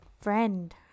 Friend